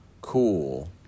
cool